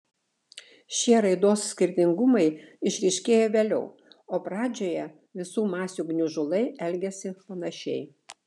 šie raidos skirtingumai išryškėja vėliau o pradžioje visų masių gniužulai elgiasi panašiai